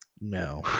No